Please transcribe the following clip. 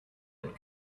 and